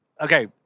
okay